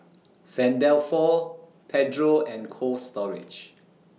Saint Dalfour Pedro and Cold Storage